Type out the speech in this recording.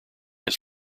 his